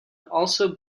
also